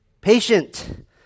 patient